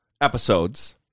episodes